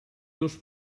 dos